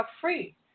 free